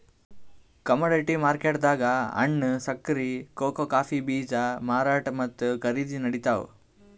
commodity ಮಾರ್ಕೆಟ್ದಾಗ್ ಹಣ್ಣ್, ಸಕ್ಕರಿ, ಕೋಕೋ ಕಾಫೀ ಬೀಜ ಮಾರಾಟ್ ಮತ್ತ್ ಖರೀದಿ ನಡಿತಾವ್